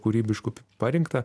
kūrybiškų parinkta